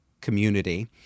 community